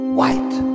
white